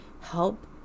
help